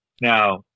now